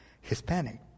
Hispanic